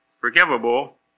forgivable